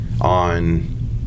on